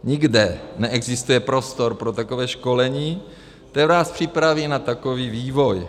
Nikde neexistuje prostor pro takové školení, které nás připraví na takový vývoj.